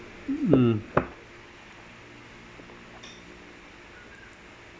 mm